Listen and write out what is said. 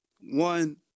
one